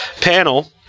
panel